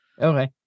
okay